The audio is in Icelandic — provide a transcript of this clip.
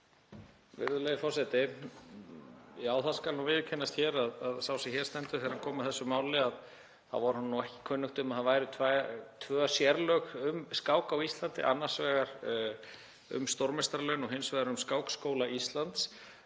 Virðulegi forseti. Já, það skal viðurkennast hér að þeim sem hér stendur, þegar hann kom að þessu máli, var ekki kunnugt um að það væru tvenn sérlög um skák á Íslandi, annars vegar um stórmeistaralaun og hins vegar um Skákskóla Íslands.